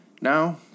Now